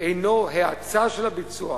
אינו האצה של הביצוע,